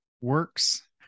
works